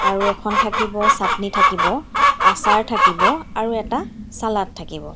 আৰু এখন থাকিব চাটনি থাকিব আচাৰ থাকিব আৰু এটা ছালাড থাকিব